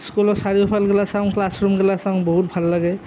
স্কুলৰ চাৰিওফাল গেলা চাওঁ ক্লাছ ৰুম গেলাক চাওঁ বহুত ভাল লাগে